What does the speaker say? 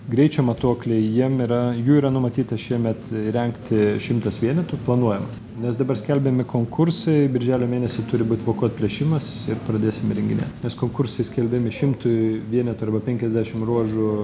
greičio matuokliai jiem yra jų yra numatyta šiemet įrengti šimtas vienetų planuojamas nes dabar skelbiami konkursai birželio mėnesį turi būt vokų atplėšimas ir pradėsim įrenginėt nes konkursai skelbiami šimtui vienetų arba penkiasdešim ruožų